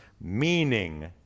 meaning